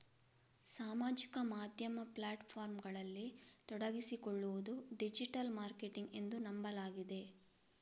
ಸಾಮಾಜಿಕ ಮಾಧ್ಯಮ ಪ್ಲಾಟ್ ಫಾರ್ಮುಗಳಲ್ಲಿ ತೊಡಗಿಸಿಕೊಳ್ಳುವುದು ಡಿಜಿಟಲ್ ಮಾರ್ಕೆಟಿಂಗ್ ಎಂದು ನಂಬಲಾಗಿದೆ